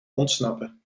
ontsnappen